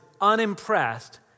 unimpressed